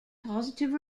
positive